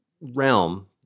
realm